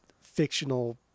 fictional